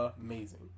amazing